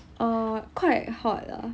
oh quite hot ah